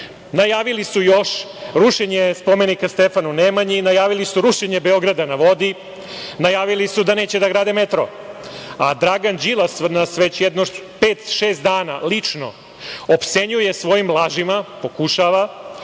Srbije. Najavili su još rušenje spomenika Stefanu Nemanji, najavili su rušenje Beograda na vodi, najavili su da neće da grade metro. A Dragan Đilas nas već jedno pet-šest dana lično opsenjuje svojim lažima, pokušava,